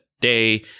day